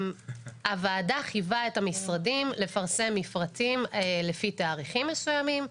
הוועדה חייבה את המשרדים לפרסם מפרטים לפי תאריכים מסוימים.